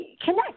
connect